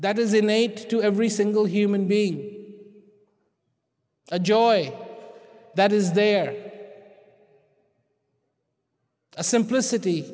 that is innate to every single human being a joy that is there a simplicity